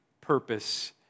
purpose